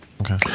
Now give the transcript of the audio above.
Okay